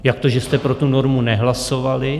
Jak to, že jste pro tu normu nehlasovali?